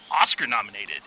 Oscar-nominated